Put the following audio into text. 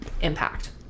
impact